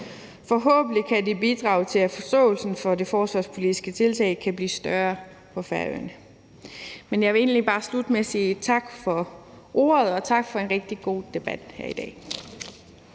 Forhåbentlig kan det bidrage til, at forståelsen for det forsvarspolitiske tiltag kan blive større på Færøerne. Men jeg vil egentlig bare slutte med at sige tak for ordet og tak for en rigtig god debat her i dag.